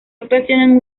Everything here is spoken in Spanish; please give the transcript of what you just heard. actuación